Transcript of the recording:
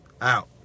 out